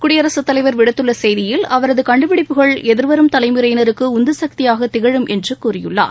குடியரசுத் தலைவர் விடுத்துள்ள செய்தியில் அவரது கண்டுபிடிப்புகள் எதிர்வரும் தலைமுறையினருக்கு உந்து சக்தியாக திகழும் என்று கூறியுள்ளார்